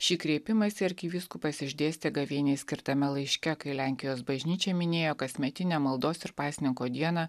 šį kreipimąsi arkivyskupas išdėstė gavėniai skirtame laiške kai lenkijos bažnyčia minėjo kasmetinę maldos ir pasninko dieną